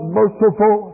merciful